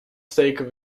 steken